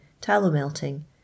tallow-melting